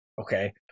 Okay